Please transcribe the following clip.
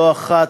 לא אחת,